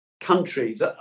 countries